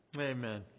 Amen